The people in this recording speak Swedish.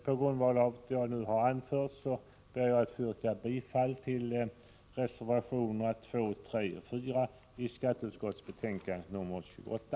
På grundval av vad jag nu anfört yrkar jag bifall till reservationerna 2, 3 och 4 i skatteutskottets betänkande 28.